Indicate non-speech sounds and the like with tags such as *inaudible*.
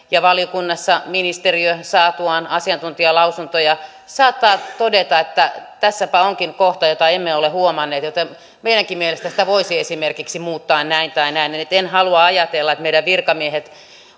*unintelligible* ja valiokunnassa ministeriö saatuaan asiantuntijalausuntoja saattaa todeta että tässäpä onkin kohta jota emme ole huomanneet joten meidänkin mielestämme sitä voisi esimerkiksi muuttaa näin tai näin en halua ajatella että meidän virkamiehet